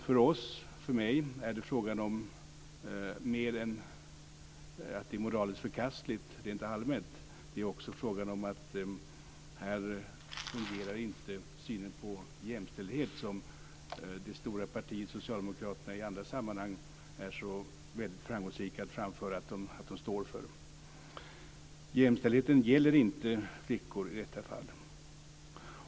För oss, för mig, är det fråga om något mer än att det är moraliskt förkastligt rent allmänt. Det är också fråga om att här fungerar inte synen på jämställdhet, som det stora partiet Socialdemokraterna i andra sammanhang är så framgångsrika i att framhålla att de står för. Jämställdheten gäller inte flickor i detta fall.